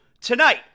tonight